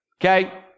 Okay